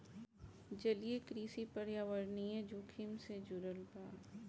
जलीय कृषि पर्यावरणीय जोखिम से जुड़ल बा